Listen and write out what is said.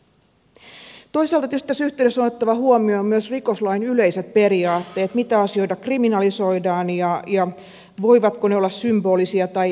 toisaalta tietysti tässä yhteydessä on otettava huomioon myös rikoslain yleiset periaatteet siitä mitä asioita kriminalisoidaan ja voivatko ne olla symbolisia vai eivät